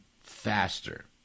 faster